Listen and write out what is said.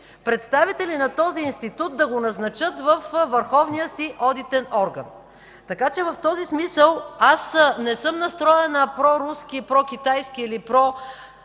представителят на този институт да го назначат във върховния си одитен орган. Така че в този смисъл аз не съм настроена проруски, прокитайски или проамерикански,